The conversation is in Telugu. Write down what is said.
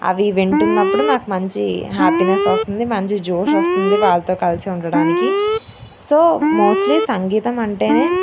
అవి వింటున్నప్పుడు నాకు మంచి హ్యాప్పీనెస్ వస్తుంది మంచి జోష్ వస్తుంది వాళ్ళతో కలిసి ఉండడానికీ సో మోస్ట్లీ సంగీతం అంటే